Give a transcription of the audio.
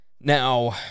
Now